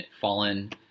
fallen